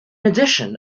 addition